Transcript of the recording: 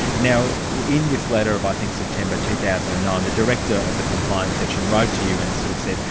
now in this letter of i think september two thousand and nine, the director of the compliance section wrote to you and sort of said,